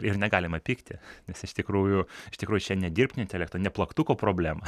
ir negalima pykti nes iš tikrųjų iš tikrųjų čia ne dirbtinio intelekto ne plaktuko problema